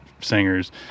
singers